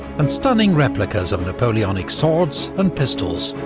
and stunning replicas of napoleonic swords and pistols,